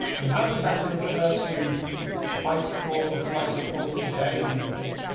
and how does that compare to bicycles or tries to calls today. do you think